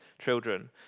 children